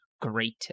great